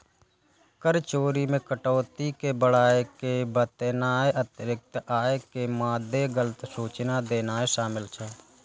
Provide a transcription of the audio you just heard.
कर चोरी मे कटौती कें बढ़ाय के बतेनाय, अतिरिक्त आय के मादे गलत सूचना देनाय शामिल छै